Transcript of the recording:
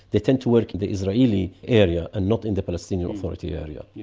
they tend to work in the israeli area and not in the palestinian authority area. yeah